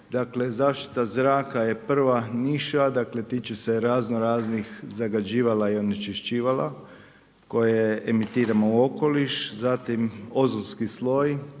dakle, zašita zraka je prva niša, tiče se razno raznih zagađivala i onečišćivala koje emitiramo u okoliš, zatim ozonski sloj,